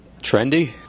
trendy